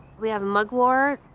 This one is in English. we have mugwort,